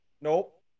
Nope